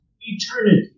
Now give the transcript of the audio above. eternity